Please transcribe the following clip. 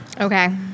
Okay